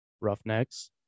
Roughnecks